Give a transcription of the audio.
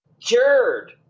cured